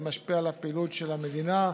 זה משפיע על הפעילות של המדינה,